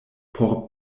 por